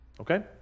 Okay